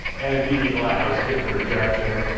and immediately, i was getting rejection.